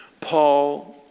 Paul